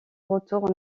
retour